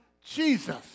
Jesus